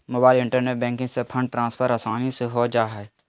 mobile internet banking से fund transfer आसानी से हो जा हइ